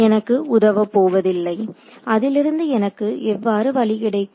எனக்கு உதவப் போவதில்லை அதிலிருந்து எனக்கு எவ்வாறு வழி கிடைக்கும்